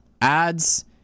ads